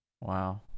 Wow